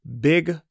big